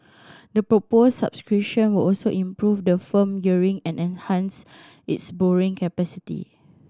the proposed subscription will also improve the firm gearing and enhance its borrowing capacity